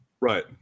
right